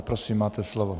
Prosím, máte slovo.